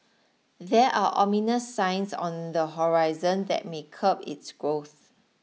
there are ominous signs on the horizon that may curb its growth